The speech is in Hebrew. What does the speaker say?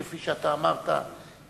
כפי שאמרת,